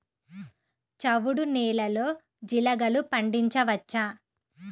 చవుడు నేలలో జీలగలు పండించవచ్చా?